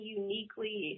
uniquely